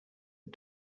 and